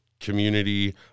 community